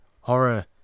horror